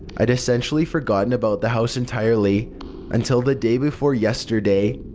i'd essentially forgotten about the house entirely until the day before yesterday.